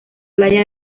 playa